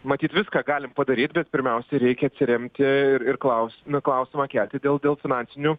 matyt viską galim padaryt bet pirmiausia reikia atsiremti ir ir klaus na klausimą kelti dėl dėl finansinių